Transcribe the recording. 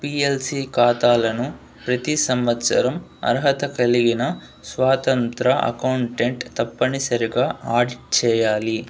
PLC ఖాతాలను ప్రతి సంవత్సరం అర్హత కలిగిన స్వాతంత్ర అకౌంటెంట్ తప్పనిసరిగా ఆడిట్ చేయాలి